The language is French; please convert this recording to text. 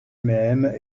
même